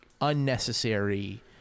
unnecessary